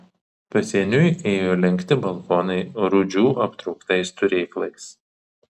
pasieniui ėjo lenkti balkonai rūdžių aptrauktais turėklais